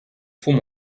faut